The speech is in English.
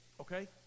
Okay